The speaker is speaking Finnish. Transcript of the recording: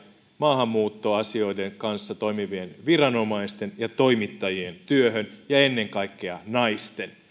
maahanmuuttoasioiden kanssa toimivien viranomaisten ja toimittajien ja ennen kaikkea naisten työhön